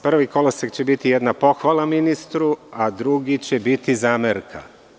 Prvi kolosek će biti jedna pohvala ministru, a drugi će biti zamerka.